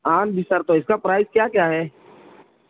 ہاں جی سر تو اس کا پرائز کیا کیا ہے